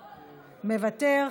מוותר,